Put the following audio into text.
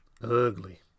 ugly